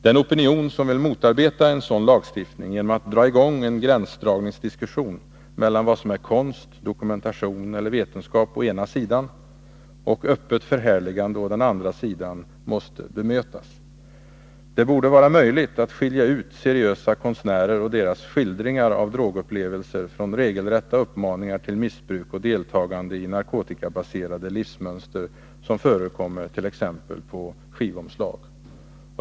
Den opinion som vill motarbeta en sådan lagstiftning genom att dra i gång en gränsdragningsdiskussion mellan vad som är konst, dokumentation eller vetenskap, å ena sidan, och öppet förhärligande, å den andra sidan, måste bemötas. Det borde vara möjligt att skilja ut seriösa konstnärer och deras skildringar av drogupplevelser från regelrätta uppmaningar till missbruk och deltagande i narkotikabaserade livsmönster, som förekommer t.ex. på skivomslag.